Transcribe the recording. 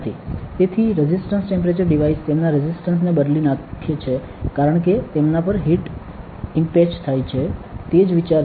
તેથી resistance temperature device તેમના resistance ને બદલી નાખે છે કારણ કે તેમના પર હીટ ઇમપેચ થાય છે તે જ વિચાર છે